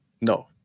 No